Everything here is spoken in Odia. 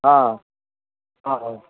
ହଁ ହଁ ହଁ